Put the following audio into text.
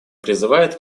призывает